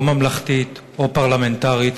או ממלכתית או פרלמנטרית,